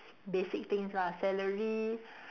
basic things lah salary